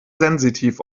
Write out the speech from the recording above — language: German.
sensitiv